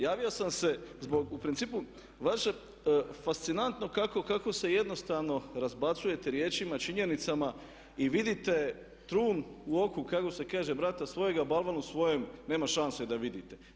Javio sam se zbog u principu vaše fascinantno kako se jednostavno razbacujete riječima, činjenicama i vidite trun u oku kako se kaže brata svojega, balvan u svojem nema šanse da vidite.